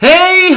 Hey